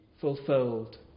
fulfilled